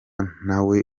ntawe